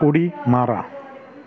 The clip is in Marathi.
उडी मारा